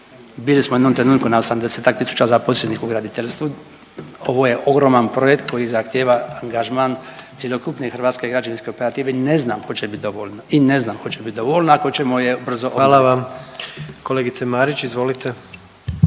bili smo u jednom trenutku na 80-ak tisuća zaposlenih u graditeljstvu, ovo je ogroman projekt koji zahtjeva angažman cjelokupni hrvatske građevinske operative, ne znam hoće li bit dovoljno i ne znam hoće bit dovoljno ako ćemo je brzo obnovit. **Jandroković, Gordan